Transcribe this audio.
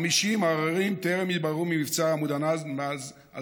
50 עררים טרם התבררו מאז מבצע עמוד ענן ב-2012.